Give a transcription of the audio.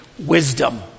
Wisdom